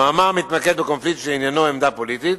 המאמר מתמקד בקונפליקט שעניינו עמדה פוליטית